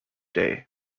day